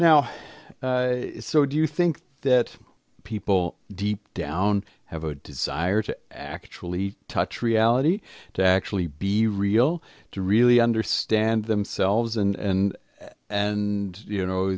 now so do you think that people deep down have a desire to actually touch reality to actually be real to really understand themselves and and you know